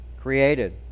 created